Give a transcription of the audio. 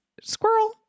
squirrel